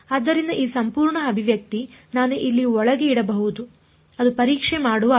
ಆದ್ದರಿಂದ ಈ ಸಂಪೂರ್ಣ ಅಭಿವ್ಯಕ್ತಿ ನಾನು ಇಲ್ಲಿ ಒಳಗೆ ಇಡಬಹುದು ಅದು ಪರೀಕ್ಷೆ ಮಾಡುವ ಅರ್ಥ